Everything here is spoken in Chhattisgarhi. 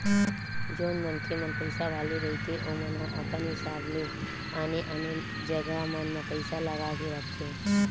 जउन मनखे मन पइसा वाले रहिथे ओमन ह अपन हिसाब ले आने आने जगा मन म पइसा लगा के रखथे